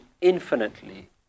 infinitely